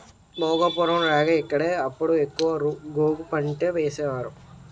భోగాపురం, రేగ ఇక్కడే అప్పుడు ఎక్కువ గోగు పంటేసేవారు